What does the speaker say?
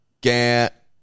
Get